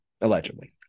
Allegedly